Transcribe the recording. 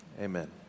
Amen